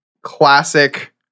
classic